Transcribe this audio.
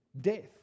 death